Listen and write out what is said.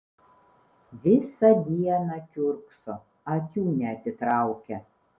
visą dieną kiurkso akių neatitraukia